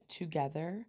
together